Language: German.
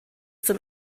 zum